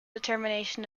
determination